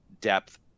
depth